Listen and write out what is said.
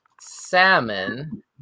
Salmon